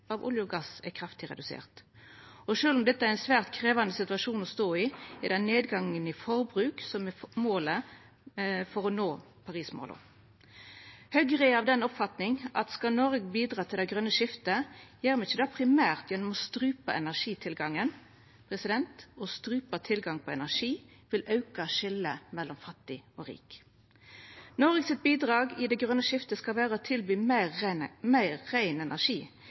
av olje og gass er kraftig redusert. Og sjølv om dette er ein svært krevjande situasjon å stå i, er det nedgangen i forbruk som er målet for å nå Paris-måla. Høgre er av den oppfatninga at skal Noreg bidra til det grøne skiftet, gjer me ikkje det primært gjennom å strupa energitilgangen. Å strupa tilgang på energi vil auka skiljet mellom fattig og rik. Noregs bidrag til det grøne skiftet skal vera å tilby meir rein energi,